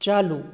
चालू